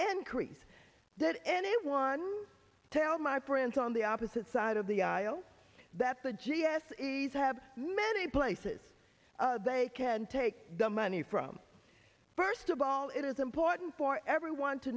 increase did anyone tell my friends on the opposite side of the aisle that the g s a's have many places they can take the money from first of all it is important for everyone to